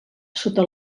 sota